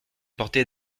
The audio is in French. porter